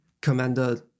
Commander